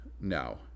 no